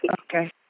Okay